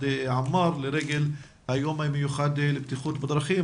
עמאר לרגל היום המיוחד לבטיחות בדרכים,